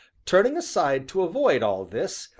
turning aside to avoid all this,